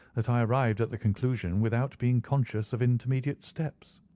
that i arrived at the conclusion without being conscious of intermediate steps.